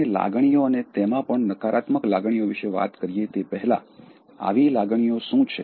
આપણે લાગણીઓ અને તેમાં પણ નકારાત્મક લાગણીઓ વિશે વાત કરીએ તે પહેલા આવી લાગણીઓ શું છે